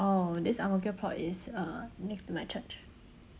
oh this ang-mo-kio plot is uh next to my church